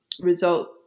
result